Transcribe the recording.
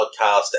podcast